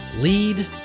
Lead